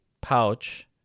pouch